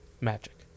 magic